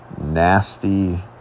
nasty